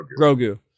Grogu